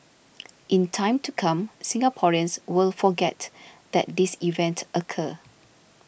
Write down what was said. in time to come Singaporeans will forget that this event occur